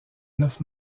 neuf